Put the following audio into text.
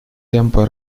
темпы